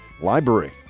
Library